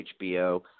HBO